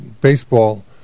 baseball